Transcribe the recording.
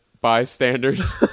bystanders